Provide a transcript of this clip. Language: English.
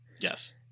yes